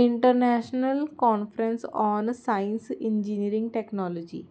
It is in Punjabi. international conference on science engineering technology